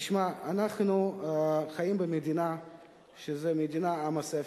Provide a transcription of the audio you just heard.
תשמע, אנחנו חיים במדינה שהיא מדינת עם הספר,